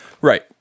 Right